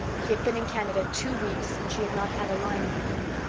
he had been in canada two weeks and she had not had a line from him.